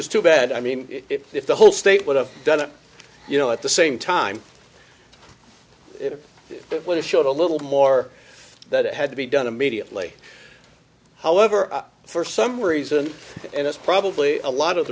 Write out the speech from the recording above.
is too bad i mean if the whole state would have done it you know at the same time that what it showed a little more that it had to be done immediately however for some reason and it's probably a lot of